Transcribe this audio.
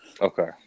Okay